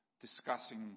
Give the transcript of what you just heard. discussing